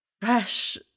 fresh